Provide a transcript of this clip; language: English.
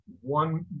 one